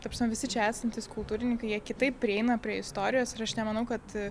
ta prasme visi čia esantys kultūrininkai jie kitaip prieina prie istorijos ir aš nemanau kad